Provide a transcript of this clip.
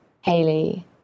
Hayley